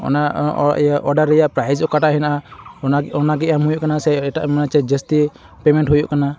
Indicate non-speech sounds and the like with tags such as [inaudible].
ᱚᱱᱟ [unintelligible] ᱚᱰᱟᱨ ᱨᱮᱭᱟᱜ ᱯᱨᱭᱤᱥ ᱚᱠᱟᱴᱟᱜ ᱦᱮᱱᱟᱜᱼᱟ ᱚᱱᱟᱜᱮ ᱚᱱᱟᱜᱮ ᱮᱢ ᱦᱩᱭᱩᱜ ᱠᱟᱱᱟ ᱥᱮ ᱮᱴᱟᱜ ᱢᱟᱱᱮ ᱪᱮᱫ ᱡᱟᱹᱥᱛᱤ ᱯᱮᱢᱮᱱᱴ ᱦᱩᱭᱩᱜ ᱠᱟᱱᱟ